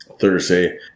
Thursday